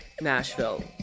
Nashville